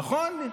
נכון?